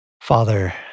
Father